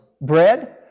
bread